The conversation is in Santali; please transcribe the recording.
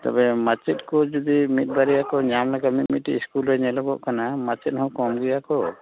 ᱛᱚᱵᱮ ᱢᱟᱪᱮᱫ ᱠᱚ ᱡᱩᱫᱤ ᱢᱤᱫ ᱵᱟᱨᱭᱟ ᱠᱚ ᱧᱟᱢ ᱞᱮᱠᱷᱟᱡ ᱢᱤᱫ ᱢᱤᱫᱴᱤᱡ ᱤᱥᱠᱩᱞ ᱨᱮ ᱧᱮᱞᱚᱜᱚᱜ ᱠᱟᱱᱟ ᱢᱟᱪᱮᱫ ᱦᱚᱸ ᱠᱚᱢ ᱜᱮᱭᱟ ᱠᱚ